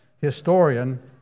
historian